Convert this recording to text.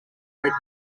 red